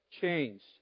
changed